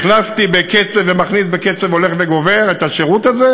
אני הכנסתי בקצב ומכניס בקצב הולך וגובר את השירות הזה,